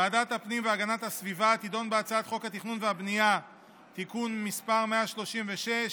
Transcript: ועדת הפנים והגנת הסביבה תדון בהצעת חוק התכנון והבנייה (תיקון מס' 136)